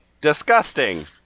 disgusting